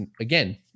again